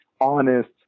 honest